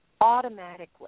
automatically